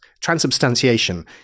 Transubstantiation